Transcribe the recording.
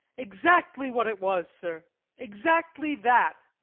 exactly what it was, sir exactly that!